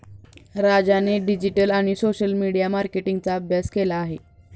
राजाने डिजिटल आणि social media मार्केटिंगचा अभ्यास केला आहे